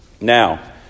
Now